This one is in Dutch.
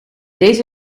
deze